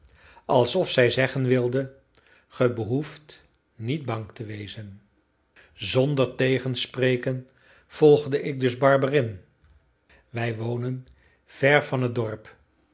alsof zij zeggen wilde ge behoeft niet bang te wezen zonder tegenspreken volgde ik dus barberin wij wonen ver van het dorp